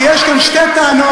כי יש כאן שתי טענות,